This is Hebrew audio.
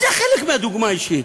זה חלק מהדוגמה האישית,